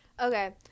Okay